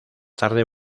tarde